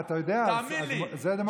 אתה יודע, אז זאת דמוקרטיה.